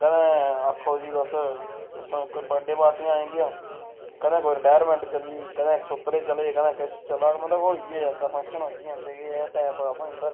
कदें आक्खो जी तुस कोई बथडे पार्टियां आई जंदियां कदें कोई रिटायरमेंट चली गेआ कदें इक सूत्तरे चले कदें किश चला दा मतलब होई गेई जंदा फंक्शन होई गै जंदे केह् टैम पास होई जंदा